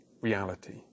reality